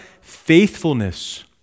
faithfulness